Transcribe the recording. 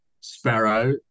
sparrow